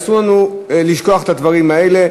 אסור לנו לשכוח את הדברים האלה,